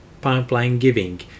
pipeline-giving